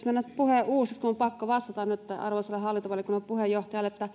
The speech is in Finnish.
mennä puhe uusiksi kun on pakko vastata nyt arvoisalle hallintovaliokunnan puheenjohtajalle